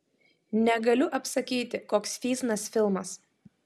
negaliu apsakyti koks fysnas filmas